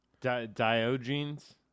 Diogenes